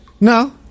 No